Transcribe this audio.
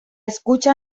escucha